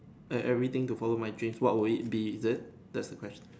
eh everything to follow my dream what would it be is it that's the question